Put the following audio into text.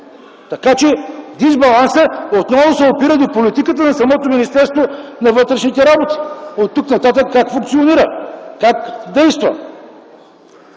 така че дисбалансът отново опира до политиката на самото Министерство на вътрешните работи. Оттук нататък как функционира, как действа?